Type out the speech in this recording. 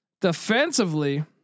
defensively